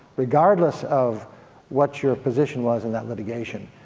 regardless of what your position was in that litigation,